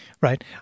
right